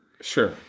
Sure